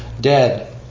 dead